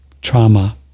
trauma